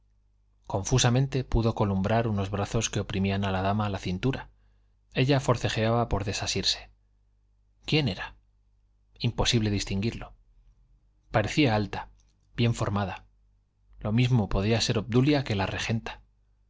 calle confusamente pudo columbrar unos brazos que oprimían a la dama la cintura ella forcejeaba por desasirse quién era imposible distinguirlo parecía alta bien formada lo mismo podía ser obdulia que la regenta